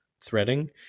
threading